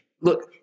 Look